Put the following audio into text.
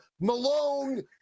Malone